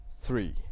three